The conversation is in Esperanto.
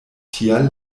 tial